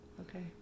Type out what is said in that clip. Okay